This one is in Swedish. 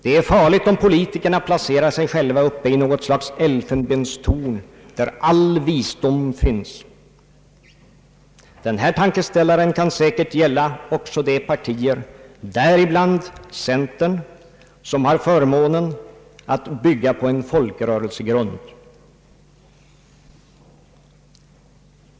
Det är farligt om politikerna placerar sig själva uppe i något slags elfenbenstorn där all visdom finns. Den här tankeställaren kan säkert gälla också de partier, däribland centern, som har förmånen att bygga på en folkrörelsegrund.